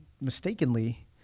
mistakenly